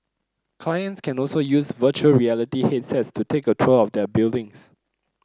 clients can also use virtual reality headsets to take a tour of their buildings